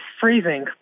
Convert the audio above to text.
freezing